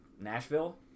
Nashville